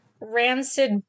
rancid